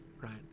Right